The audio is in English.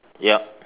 yup